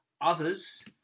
Others